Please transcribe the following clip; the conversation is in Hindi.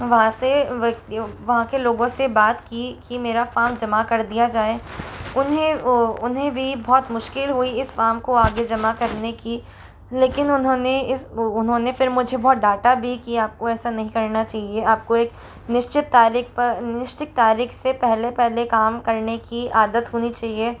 वहाँ से वहाँ के लोगों से बात की की मेरा फार्म जमा कर दिया जाए उन्हें उन्हें भी बहुत मुश्किल हुई इस फार्म को आगे जमा करने की लेकिन उन्होंने इस उन्होंने फिर मुझे बहुत डाँटा भी कि आपको ऐसा नहीं करना चाहिए आपको एक निश्चित तारीख पर निश्चित तारीख से पहले पहले काम करने की आदत होनी चाहिए